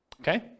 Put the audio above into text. Okay